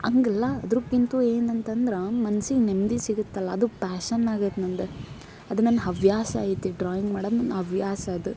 ಹಂಗಲ್ಲ ಅದ್ರ್ಕಿಂತು ಏನಂತಂದ್ರ ಮನ್ಸಿಗೆ ನೆಮ್ಮದಿ ಸಿಗುತ್ತಲ್ಲ ಅದು ಪ್ಯಾಷನ್ ಆಗೈತೆ ನಂದು ಅದು ನನ್ನ ಹವ್ಯಾಸ ಐತಿ ಡ್ರಾಯಿಂಗ್ ಮಾಡೋದು ನನ್ನ ಹವ್ಯಾಸ ಅದು